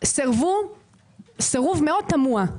סירבו סירוב מאוד תמוה.